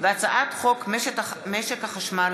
והצעת חוק משק החשמל